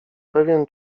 pewien